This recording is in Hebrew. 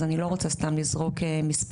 אז אני לא רוצה סתם לזרוק מספרים.